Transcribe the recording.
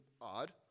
odd